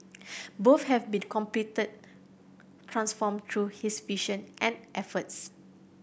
both have been completed transformed through his vision and efforts